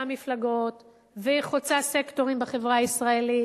מפלגות והיא חוצה סקטורים בחברה הישראלית.